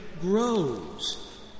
grows